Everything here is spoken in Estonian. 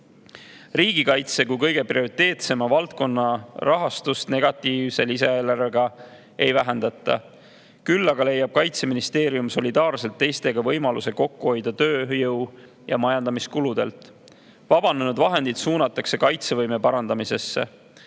Riigikaitse kui kõige prioriteetsema valdkonna rahastust negatiivse lisaeelarvega ei vähendata. Küll aga leiab Kaitseministeerium solidaarselt teistega võimaluse kokku hoida tööjõu- ja majandamiskuludelt. Vabanenud vahendid suunatakse kaitsevõime parandamisse.